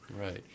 Right